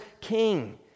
king